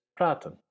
praten